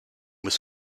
was